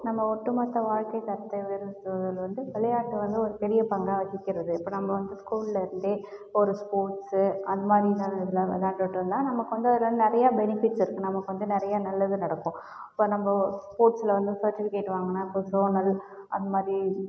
நம்ம ஒட்டுமொத்த வாழ்க்கைத்தரத்தை உயர்த்துவதில் வந்து விளையாட்டு வந்து ஒரு பெரிய பங்காக வகிக்கிறது இப்போ நம்ம வந்து ஸ்கூல்லேருந்தே ஒரு ஸ்போர்ட்ஸு அந்த மாரி விளையாண்டுட்டு இருந்தால் நமக்கு வந்து அதில் நிறைய பெனிஃபிட்ஸ் இருக்கு நமக்கு வந்து நிறைய நல்லது நடக்கும் இப்போ நம்ம ஸ்போர்ட்ஸில் வந்து சர்ட்டிஃபிக்கேட் வாங்கினா இப்போ ஜோனல் அது மாரி